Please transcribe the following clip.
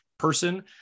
Person